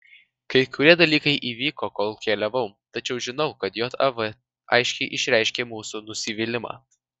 kai kurie dalykai įvyko kol keliavau tačiau žinau kad jav aiškiai išreiškė mūsų nusivylimą